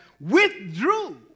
withdrew